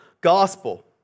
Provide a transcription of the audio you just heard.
gospel